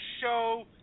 show